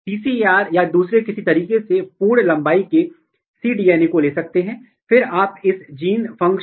तो ये कुछ उदाहरण हैं अगर आप देखें तो ये AGL24 के पुटेटिव बाइंडिंग साइट हैं जो MADS डोमेन ट्रांसक्रिप्शन फैक्टर हैं और इसे HA टैग के साथ टैग किया गया है 6HA टैग